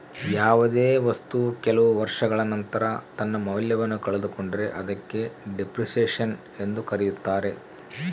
ಯಾವುದೇ ವಸ್ತು ಕೆಲವು ವರ್ಷಗಳ ನಂತರ ತನ್ನ ಮೌಲ್ಯವನ್ನು ಕಳೆದುಕೊಂಡರೆ ಅದಕ್ಕೆ ಡೆಪ್ರಿಸಸೇಷನ್ ಎಂದು ಕರೆಯುತ್ತಾರೆ